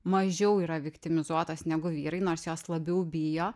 mažiau yra viktimizuotos negu vyrai nors jos labiau bijo